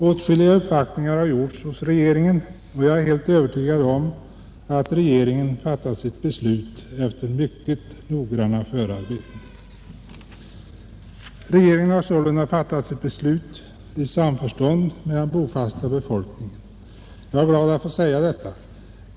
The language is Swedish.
Åtskilliga uppvaktningar har gjorts hos regeringen, och jag är helt övertygad om att den fattat sitt beslut efter mycket noggranna förarbeten. Den har också fattat beslutet i samförstånd med den bofasta befolkningen. Jag är glad över att få säga detta.